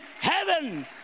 heaven